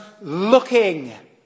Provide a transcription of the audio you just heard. looking